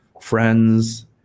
friends